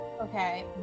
Okay